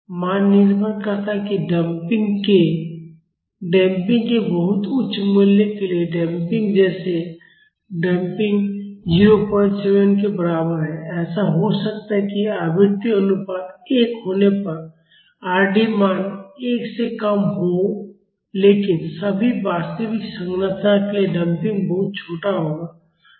मान निर्भर करता है डंपिंग के बहुत उच्च मूल्य के लिए डंपिंग जैसे डंपिंग 07 के बराबर है ऐसा हो सकता है कि आवृत्ति अनुपात एक होने पर Rd मान एक से कम हो लेकिन सभी वास्तविक संरचनाओं के लिए डंपिंग बहुत छोटा होगा